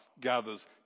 gathers